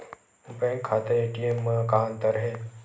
Bank खाता ATM मा का अंतर हे?